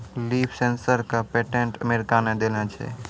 Leaf sensor क patent America ने देलें छै?